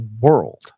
world